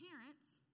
parents